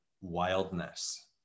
wildness